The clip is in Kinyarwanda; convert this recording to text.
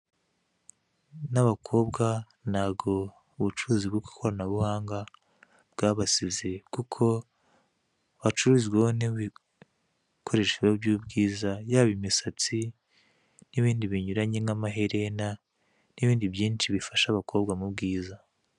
N'abakobwa ntago ubucuruzi bwo ku ikoranabuhanga bwabasize kuko hacururizwaho n'ibikoresho by'ubwiza yaba imisatsi n'ibindi binyuranye nk'amaherena n'ibindi byinshi bifasha abakobwa mu bwiza.